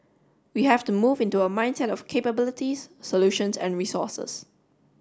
we have to move into a mindset of capabilities solutions and resources